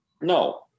No